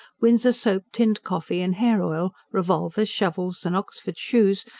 windsor soap, tinned coffee and hair oil, revolvers, shovels and oxford shoes,